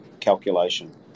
calculation